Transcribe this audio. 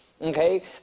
okay